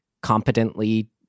competently